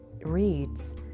reads